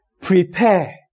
Prepare